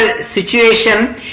situation